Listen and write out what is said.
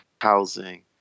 housing